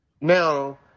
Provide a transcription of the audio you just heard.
now